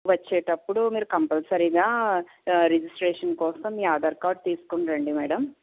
వచ్చేటప్పుడు మీరు కంపల్సరిగా రిజిస్ట్రేషన్ కోసం మీ ఆధార్ కార్డు తీసుకుని రండి మేడం